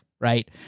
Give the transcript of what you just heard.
right